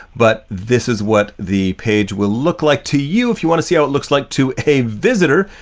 but this is what the page will look like to you. if you want to see how it looks like to a visitor,